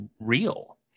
real